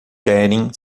querem